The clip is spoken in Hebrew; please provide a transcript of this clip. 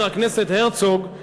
חבר הכנסת הרצוג,